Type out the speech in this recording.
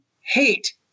hate